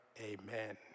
Amen